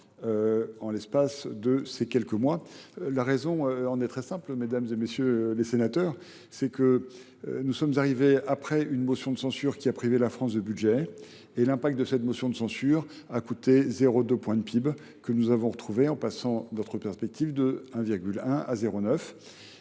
en l'espace de ces quelques mois. La raison en est très simple, mesdames et messieurs les sénateurs, c'est que nous sommes arrivés après une motion de censure qui a privé la France de budget. et l'impact de cette motion de censure a coûté 0,2 points de PIB que nous avons retrouvés en passant notre perspective de 1,1 à 0,9.